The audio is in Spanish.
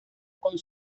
con